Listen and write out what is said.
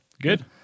Good